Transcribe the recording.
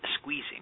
squeezing